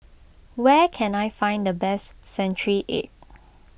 where can I find the best Century Egg